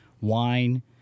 wine